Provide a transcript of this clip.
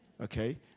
Okay